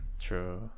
true